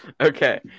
Okay